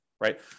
right